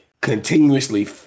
continuously